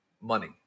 money